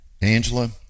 Angela